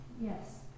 Yes